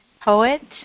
poet